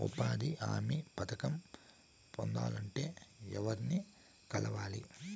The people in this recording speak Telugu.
ఉపాధి హామీ పథకం పొందాలంటే ఎవర్ని కలవాలి?